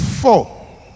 four